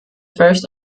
first